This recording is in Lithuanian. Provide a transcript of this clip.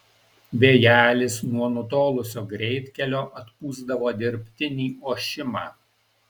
vėjelis nuo nutolusio greitkelio atpūsdavo dirbtinį ošimą